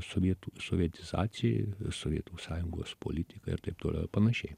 sovietų sovietizacijai sovietų sąjungos politikai ir taip toliau ir panašiai